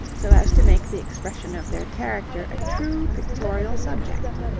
so as to make the expression of their character a true pictorial subject.